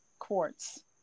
quartz